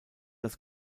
das